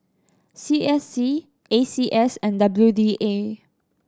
C S C A C S and W D A